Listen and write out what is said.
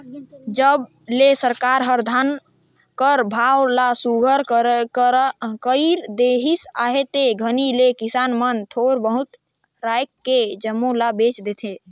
जब ले सरकार हर धान कर भाव ल सुग्घर कइर देहिस अहे ते घनी ले किसान मन थोर बहुत राएख के जम्मो ल बेच देथे